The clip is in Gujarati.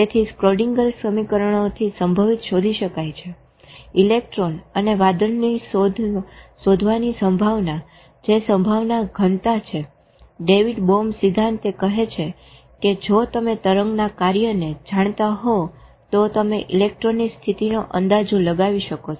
તેથી સ્ક્રોડિંગર સમીકરણોથી સંભવિત શોધિ શકાય છે ઈલેક્ટ્રોન અને વાદળની શોધવાની સંભાવના જે સંભાવના ઘનતા છે ડેવિડ બોમ્બ સિદ્ધાંત કહે છે કે જો તમે તરંગના કાર્યને જાણતા હોવ તો તમે ઈલેકટ્રોનની સ્થિતિનો અંદાજો લગાવી શકો છો